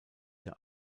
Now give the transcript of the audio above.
der